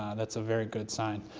and that's a very good sign.